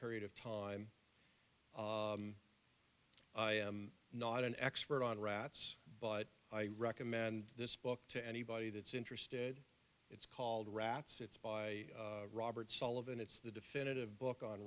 period of time i am not an expert on rats but i recommend this book to anybody that's interested it's called rats it's by robert sullivan it's the definitive book on